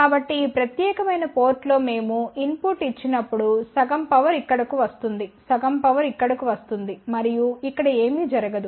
కాబట్టి ఈ ప్రత్యేకమైన పోర్టులో మేము ఇన్ పుట్ ఇచ్చి నప్పుడు సగం పవర్ ఇక్కడకు వస్తుంది సగం పవర్ ఇక్కడకు వస్తుంది మరియు ఇక్కడ ఏమీ జరగదు